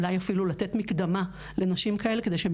אולי אפילו לתת מקדמה לנשים כאלה כדי שהן